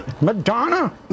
Madonna